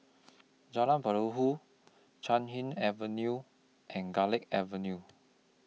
Jalan Perahu Chan Hing Avenue and Garlick Avenue